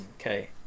Okay